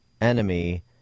enemy